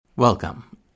Welcome